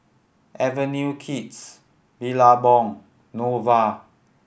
Avenue Kids Billabong Nova